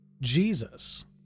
Jesus